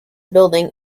building